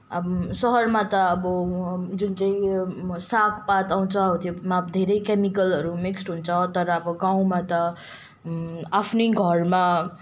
अब सहरमा त अब जुन चाहिँ सागपात आउँछ हो त्यसमा धेरै केमिकलहरू मिक्स्ड हुन्छ अब गाउँमा त आफ्नै घरमा